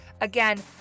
Again